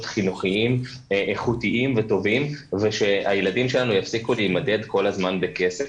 חינוכיים איכותיים וטובים ושהילדים שלנו יפסיקו להמדד כל הזמן בכסף.